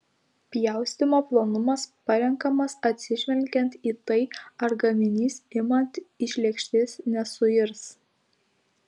pjaustymo plonumas parenkamas atsižvelgiant į tai ar gaminys imant iš lėkštės nesuirs